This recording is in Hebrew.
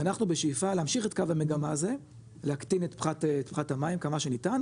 ואנחנו בשאיפה להמשיך את קו המגמה הזה להקטין את פחת המים כמה שניתן.